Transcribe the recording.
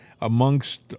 amongst